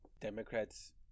Democrats